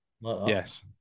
Yes